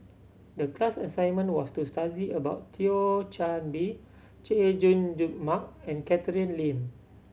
the class assignment was to study about Thio Chan Bee Chay Jung Jun Mark and Catherine Lim